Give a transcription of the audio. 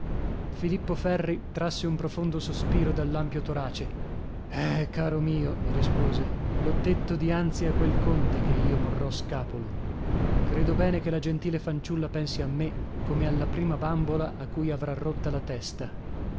filippo ferri trasse un profondo sospiro dall'ampio torace eh caro mio mi rispose l'ho detto dianzi a quel conte che io morrò scapolo credo bene che la gentile fanciulla pensi a me come alla prima bambola a cui avrà rotta la testa